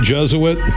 Jesuit